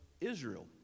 Israel